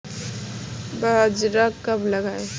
बाजरा कब लगाएँ?